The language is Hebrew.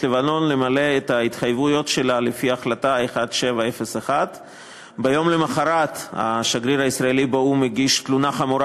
לבנון למלא את ההתחייבויות שלה לפי החלטה 1701. ביום למחרת השגריר הישראלי באו"ם הגיש תלונה חמורה